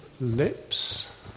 lips